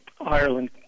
Ireland